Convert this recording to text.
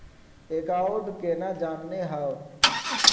Account केना जाननेहव?